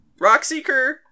Rockseeker